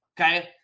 Okay